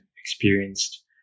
experienced